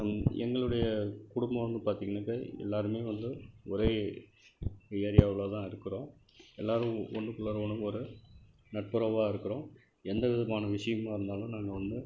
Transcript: எங்களுடைய குடும்பன்னு வந்து பார்த்தீங்கன்னாக்கா எல்லாருமே வந்து ஒரே ஏரியாவில் தான் இருக்கிறோம் எல்லாரும் ஒன்றுக்குள்ளாற ஒன்று ஒரு நட்புறவாக இருக்கிறோம் எந்தவிதமான விஷயங்களா இருந்தாலும் நாங்கள் வந்து